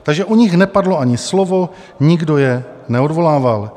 Takže o nich nepadlo ani slovo, nikdo je neodvolával.